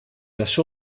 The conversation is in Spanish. las